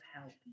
help